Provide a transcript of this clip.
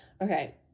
Okay